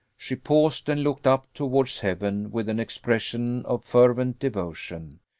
she paused, and looked up towards heaven with an expression of fervent devotion,